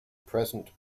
present